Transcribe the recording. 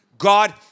God